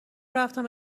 رفتم